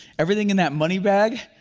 everything in that money bag,